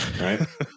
right